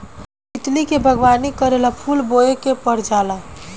तितली के बागवानी करेला फूल बोए के पर जाला